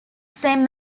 seng